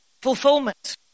Fulfillment